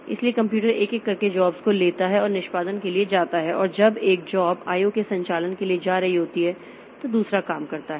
इसलिए कंप्यूटर एक एक करके जॉब्स को लेता है और निष्पादन के लिए जाता है और जब एक जॉब IO के संचालन के लिए जा रही होती है तो दूसरा काम करता है